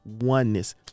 Oneness